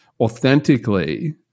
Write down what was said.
authentically